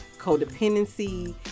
Codependency